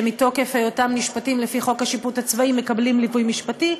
שמתוקף היותם נשפטים לפי חוק השיפוט הצבאי מקבלים ליווי משפטי.